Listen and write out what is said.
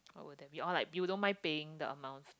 will that be all like you don't mind paying the amount